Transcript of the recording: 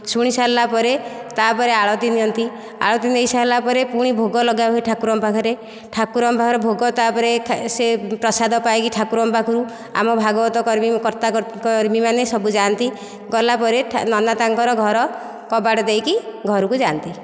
ଶୁଣିସାରିଲା ପରେ ତା'ପରେ ଆଳତି ନିଅନ୍ତି ଆଳତି ନେଇସାରିଲା ପରେ ପୁଣି ଭୋଗ ଲଗାହୁଏ ଠାକୁରଙ୍କ ପାଖରେ ଠାକୁରଙ୍କ ପାଖରେ ଭୋଗ ତା'ପରେ ସେ ପ୍ରସାଦ ପାଇକି ଠାକୁରଙ୍କ ପାଖରୁ ଆମ ଭାଗବତ କର୍ମୀ କର୍ତ୍ତା କର୍ତ୍ତୀ କର୍ମୀମାନେ ସବୁ ଯାଆନ୍ତି ଗଲାପରେ ନନା ତାଙ୍କର ଘର କବାଟ ଦେଇକି ଘରକୁ ଯାଆନ୍ତି